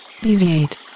Deviate